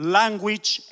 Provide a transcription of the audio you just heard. language